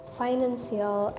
financial